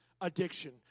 addiction